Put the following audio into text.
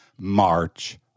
March